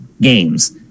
games